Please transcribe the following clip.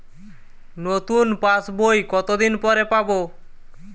নতুন পাশ বই কত দিন পরে পাবো?